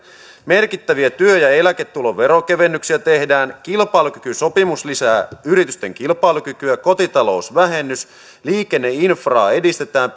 merkittäviä työ ja eläketulon veronkevennyksiä tehdään kilpailukykysopimus lisää yritysten kilpailukykyä kotitalousvähennys liikenneinfraa edistetään